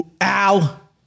Al